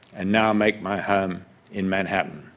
and now make my home in manhattan.